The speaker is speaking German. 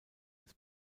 des